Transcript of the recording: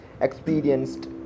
experienced